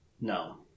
No